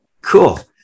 Cool